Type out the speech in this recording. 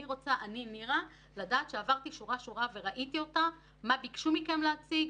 פה זה לא מודיעין צבאי מהבחינה הזו,